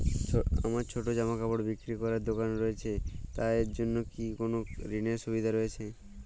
আমার ছোটো জামাকাপড় বিক্রি করার দোকান রয়েছে তা এর জন্য কি কোনো ঋণের সুবিধে রয়েছে?